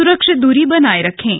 सुरक्षित दूरी बनाए रखें